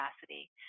capacity